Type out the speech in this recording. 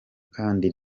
kandi